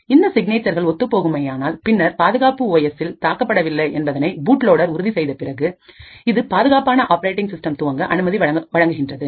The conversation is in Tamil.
இந்த சிக்னேச்சர்கள் ஒத்துப்போகுமேயானால்பின்னர் பாதுகாப்பு ஓ எஸ்ல் தாக்கப்படவில்லை என்பதை பூட்லோடேர் உறுதி செய்தபிறகு இது பாதுகாப்பான ஆப்பரேட்டிங் சிஸ்டம் துவங்க அனுமதி வழங்குகின்றது